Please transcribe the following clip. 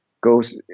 goes